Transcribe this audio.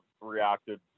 reacted